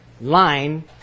line